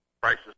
prices